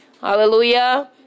Hallelujah